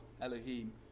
Elohim